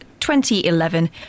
2011